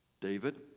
David